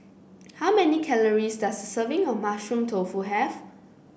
how many calories does a serving of Mushroom Tofu have